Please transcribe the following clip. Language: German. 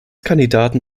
kandidaten